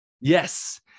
Yes